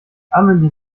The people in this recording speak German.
amelie